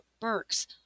Burks